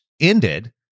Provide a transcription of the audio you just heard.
ended